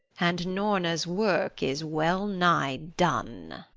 and norna's work is well-nigh done.